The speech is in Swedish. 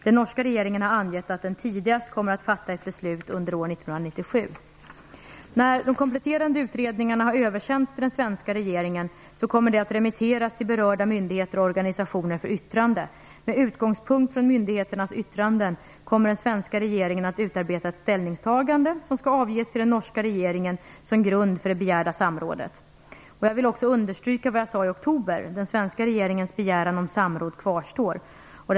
Den norska regeringen har angett att den tidigast kommer att fatta ett beslut under år 1997. När de kompletterande utredningarna har översänts till den svenska regeringen kommer de att remitteras till berörda myndigheter och organisationer för yttrande. Med utgångspunkt från myndigheternas yttranden kommer den svenska regeringen att utarbeta ett ställningstagande som skall avges till den norska regeringen som en grund för det begärda samrådet. Jag vill också understryka vad jag sade i oktober. Den svenska regeringens begäran om samråd enligt den nordiska miljöskyddskonventionen kvarstår.